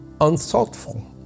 unthoughtful